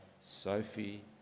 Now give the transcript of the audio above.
Sophie